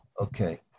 Okay